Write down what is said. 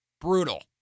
Brutal